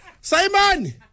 Simon